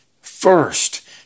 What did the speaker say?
first